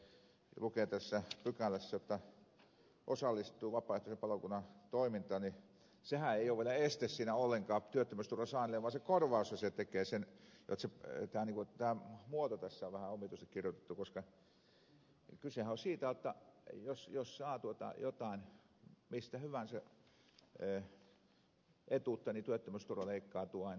kun tässä pykälässä lukee jotta osallistuu vapaaehtoispalokunnan toimintaan niin sehän ei ole vielä este ollenkaan työttömyysturvan saannille vaan se korvaushan tekee sen joten tämä muoto tässä on vähän omituisesti kirjoitettu koska kysehän on siitä jotta jos saa mistä hyvänsä jotain etuutta niin työttömyysturva leikkaantuu aina